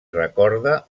recorda